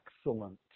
excellent